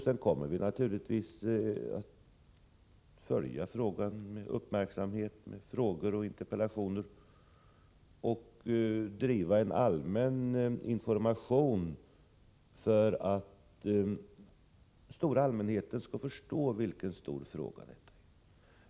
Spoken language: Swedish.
Vi kommer naturligtvis att följa försurningsproblemet med uppmärksamhet, ställa frågor och interpellationer här i riksdagen samt driva en allmän information för att svenska folket skall förstå vilket allvarligt problem detta är.